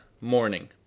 morning